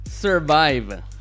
survive